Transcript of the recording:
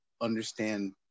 understand